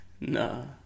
No